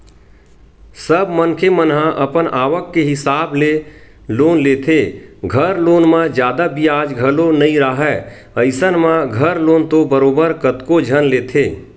सब मनखे मन ह अपन आवक के हिसाब ले लोन लेथे, घर लोन म जादा बियाज घलो नइ राहय अइसन म घर लोन तो बरोबर कतको झन लेथे